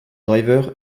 driver